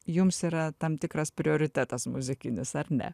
jums yra tam tikras prioritetas muzikinis ar ne